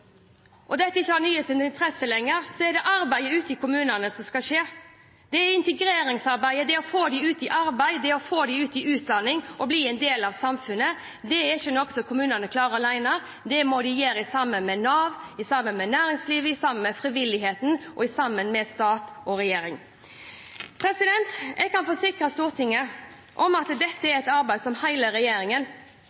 i kommunene arbeidet skal skje. Integreringsarbeidet, det å få dem ut i arbeid, å få dem ut i utdanning og bli en del av samfunnet, er ikke noe som kommunene klarer alene. Det må de gjøre sammen med Nav, sammen med næringslivet, sammen med frivilligheten og sammen med stat og regjering. Jeg kan forsikre Stortinget om at dette er et arbeid som hele regjeringen